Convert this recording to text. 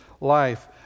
life